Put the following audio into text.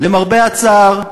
למרבה הצער,